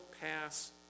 pass